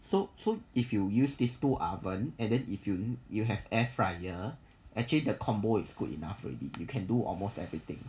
so so if you use this two oven and then if you you have air fryer actually the combo is good enough already you can do almost everything